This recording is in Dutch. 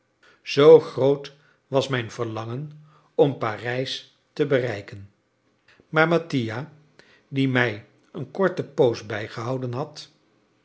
zoo groot was mijn verlangen om parijs te bereiken maar mattia die mij een korte poos bijgehouden had